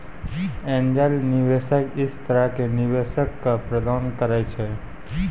angel निवेशक इस तरह के निवेशक क प्रदान करैय छै